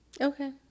okay